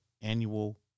annual